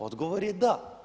Odgovor je da.